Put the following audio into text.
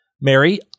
Mary